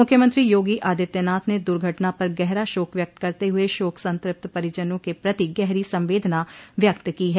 मुख्यमंत्री योगी आदित्यनाथ ने दुर्घटना पर गहरा शोक व्यक्त करते हुए शोक संतृप्त परिजनों के प्रति गहरी संवेदना व्यक्त की है